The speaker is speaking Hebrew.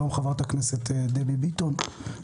שלום, חברת הכנסת דבי ביטון.